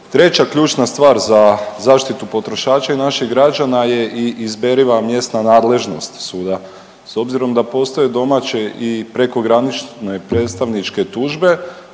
treća ključna stvar za zaštitu potrošača i naših građana je i izberiva mjesna nadležnost suda s obzirom da postoje domaće i prekogranične predstavničke tužbe.